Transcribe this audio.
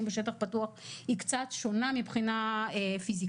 בשטח פתוח היא קצת שונה מבחינה פיזיקלית,